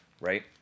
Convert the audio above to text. right